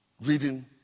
reading